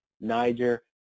Niger